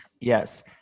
Yes